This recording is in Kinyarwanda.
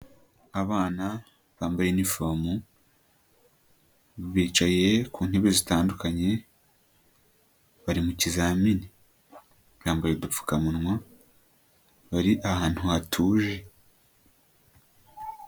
Abana bambaye inifomu, bicaye ku ntebe zitandukanye, bari mu kizamini. Bambaye udupfukamunwa, bari ahantu hatuje.